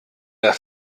der